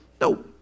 No